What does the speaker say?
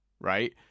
right